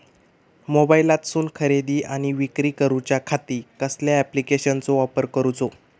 मोबाईलातसून खरेदी आणि विक्री करूच्या खाती कसल्या ॲप्लिकेशनाचो वापर करूचो?